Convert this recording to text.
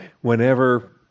whenever